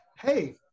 Hey